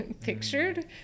pictured